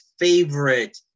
favorite